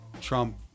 Trump